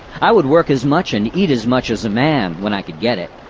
i would work as much and eat as much as a man, when i could get it,